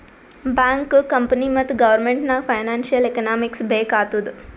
bank, company ಮತ್ತ government ನಾಗ್ financial economics ಬೇಕ್ ಆತ್ತುದ್